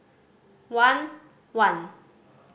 one one